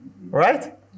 Right